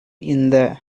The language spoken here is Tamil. இந்த